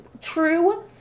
true